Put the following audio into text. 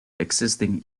existing